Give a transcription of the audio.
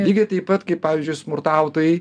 lygiai taip pat kaip pavyzdžiui smurtautojai